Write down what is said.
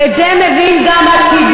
ואת זה מבין גם הציבור.